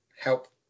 help